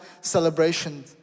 celebration